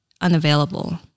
unavailable